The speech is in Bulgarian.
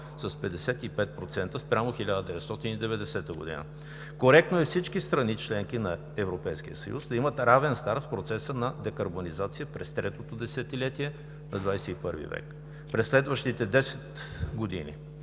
с 55% спрямо 1990 г. Коректно е всички страни – членки на Европейския съюз, да имат равен старт в процеса на декарбонизация през третото десетилетие на XXI век. - През следващите десет години